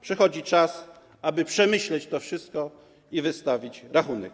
Przychodzi czas, aby przemyśleć to wszystko i wystawić rachunek.